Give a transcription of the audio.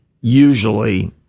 usually